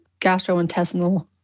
gastrointestinal